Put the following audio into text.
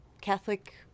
Catholic